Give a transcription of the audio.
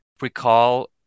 recall